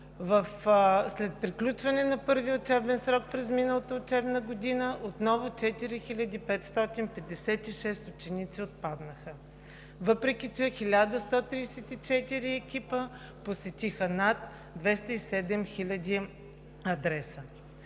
след приключване на първия учебен срок през миналата учебна година отново 4556 ученици отпаднаха, въпреки че 1134 екипа посетиха над 207 хиляди адреса.